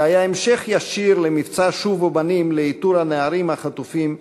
שהיה המשך ישיר למבצע "שובו אחים" לאיתור הנערים החטופים גיל-עד,